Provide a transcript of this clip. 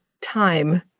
time